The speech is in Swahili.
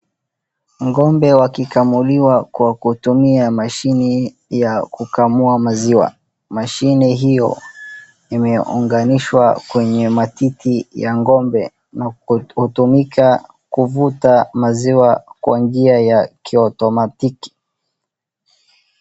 Ngombe wakikamuliwa kwa kutumia mashini ya kukamua maziwa .Mashine hiyo imeunganishwa kwenye matiti ya ngombe kutumika kuvuta maziwa kwa njia ya kiotomatiki .